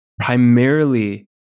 primarily